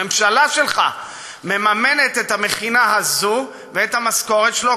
הממשלה שלך מממנת את המכינה הזאת ואת המשכורת שלו,